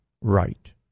right